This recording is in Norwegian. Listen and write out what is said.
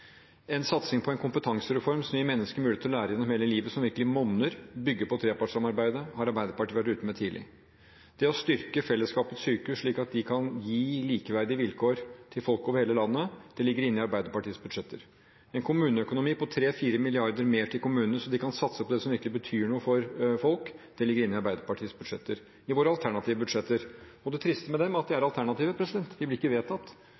Satsing på en kompetansereform som gir mennesker mulighet til å lære gjennom hele livet, som virkelig monner, og å bygge på trepartssamarbeidet, har Arbeiderpartiet vært ute med tidlig. Det å styrke fellesskapets sykehus slik at de kan gi likeverdige vilkår for folk over hele landet, ligger inne i Arbeiderpartiets budsjetter. En kommuneøkonomi på 3–4 mrd. kr mer til kommunene, så de kan satse på det som virkelig betyr noe for folk, ligger inne i Arbeiderpartiets alternative budsjetter. Det triste med dem er at de er alternative – de blir ikke vedtatt.